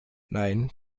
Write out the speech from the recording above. nein